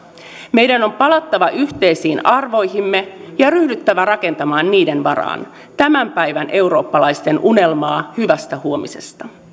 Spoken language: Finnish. meidän on palattava yhteisiin arvoihimme ja ryhdyttävä rakentamaan niiden varaan tämän päivän eurooppalaisten unelmaa hyvästä huomisesta